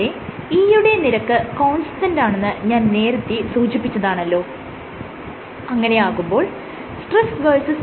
ഇവിടെ E യുടെ നിരക്ക് കോൺസ്റ്റന്റാണെന്ന് ഞാൻ നേരത്തെ സൂചിപ്പിച്ചതാണല്ലോ അങ്ങനെയാകുമ്പോൾ സ്ട്രെസ് vs